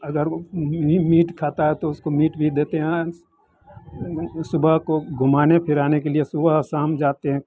अगर वो मीट खाता है तो उसको मीट भी देते हैं सुबह को घुमाने फिराने के लिए सुबह शाम जाते हैं